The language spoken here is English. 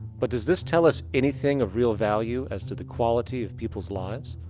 but does this tell us anything of real value as to the quality of peoples' lives?